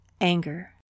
Anger